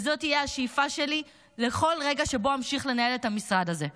וזו תהיה השאיפה שלי לכל רגע שבו אמשיך לנהל את המשרד הזה.